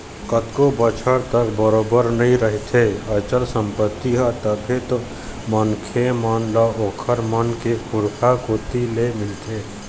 कतको बछर तक बरोबर बने रहिथे अचल संपत्ति ह तभे तो मनखे मन ल ओखर मन के पुरखा कोती ले मिलथे